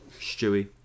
Stewie